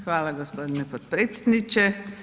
Hvala gospodine potpredsjedniče.